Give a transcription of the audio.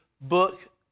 book